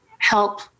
help